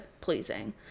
pleasing